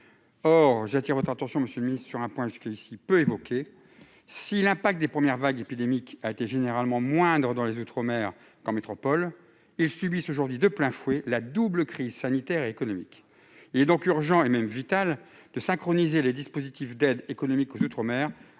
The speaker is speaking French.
Or j'attire votre attention, monsieur le ministre, sur un point jusqu'ici peu évoqué : si l'impact des premières vagues épidémiques a été généralement moindre dans les outre-mer qu'en métropole, ces derniers subissent aujourd'hui de plein fouet la double crise sanitaire et économique. Il est donc urgent, et même vital, de synchroniser les dispositifs d'aide économique aux outre-mer,